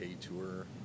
tour